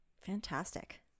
Fantastic